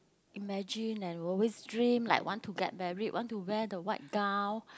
imagine and always dream like want to get married want to wear the white gown